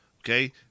Okay